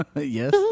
Yes